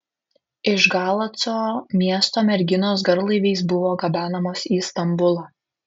iš galaco miesto merginos garlaiviais buvo gabenamos į stambulą